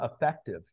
effective